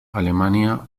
alemania